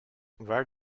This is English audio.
where